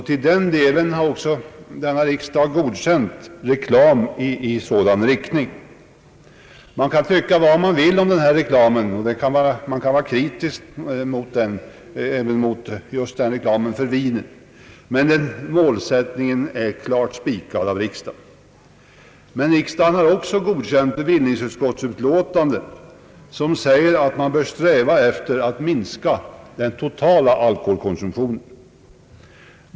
Riksdagen har godkänt reklam i sådan riktning. Man kan tycka vad man vill om denna reklam — man kan vara kritisk även mot reklam för vinet — men denna målsättning är klart spikad av riksdagen. Riksdagen har också godkänt bevillningsutskottets betänkande, som säger att man bör sträva efter att minska den totala alkoholkonsumtionen.